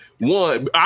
One